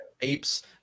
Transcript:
apes